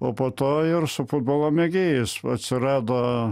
o po to ir su futbolo mėgėjais atsirado